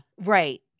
right